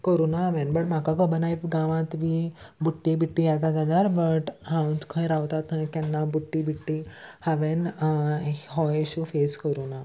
करुना हांवें बट म्हाका खबर ना इफ गांवांत बी बुड्टी बिड्टी येता जाल्यार बट हांव खंय रावतां थंय केन्ना बुड्टी बिड्टी हांवें हो इशू फेस करुना